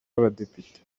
y’abadepite